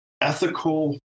ethical